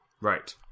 Right